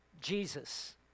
Jesus